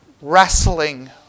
wrestling